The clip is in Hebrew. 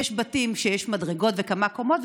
יש בתים שיש בהם מדרגות וכמה קומות.